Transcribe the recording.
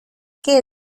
que